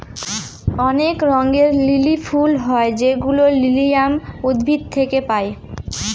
অনেক রঙের লিলি ফুল হয় যেগুলো লিলিয়াম উদ্ভিদ থেকে পায়